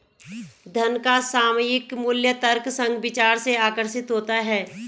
धन का सामयिक मूल्य तर्कसंग विचार से आकर्षित होता है